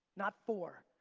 not four.